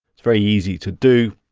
very easy to do.